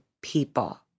people